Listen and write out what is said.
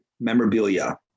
memorabilia